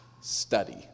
study